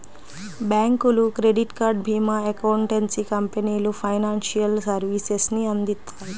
బ్యాంకులు, credit card, భీమా, accountancy కంపెనీలు ఫైనాన్షియల్ సర్వీసెస్ ని అందిత్తాయి